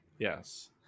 yes